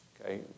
Okay